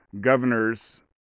governors